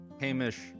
Hamish